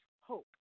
hope